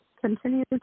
continue